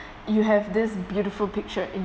you have this beautiful picture in